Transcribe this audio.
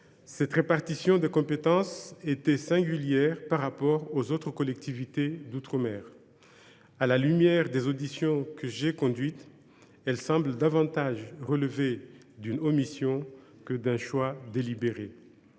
Cette répartition des compétences était singulière, notamment en comparaison des autres collectivités d’outre mer. À la lumière des auditions que j’ai conduites, elle semble davantage relever d’une omission que d’un choix délibéré.